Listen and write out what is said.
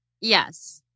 Yes